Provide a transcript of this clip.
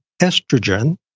estrogen